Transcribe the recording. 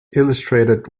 illustrated